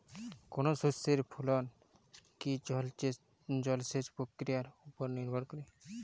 কোনো শস্যের ফলন কি জলসেচ প্রক্রিয়ার ওপর নির্ভর করে?